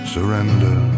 Surrender